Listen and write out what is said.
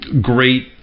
great